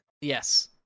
Yes